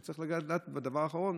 וצריך לדעת גם את הדבר האחרון,